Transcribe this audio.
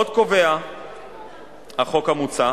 עוד קובע החוק המוצע